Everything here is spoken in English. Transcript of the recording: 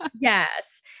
Yes